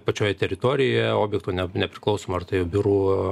pačioje teritorijoje objektų ne nepriklausomai ar tai biurų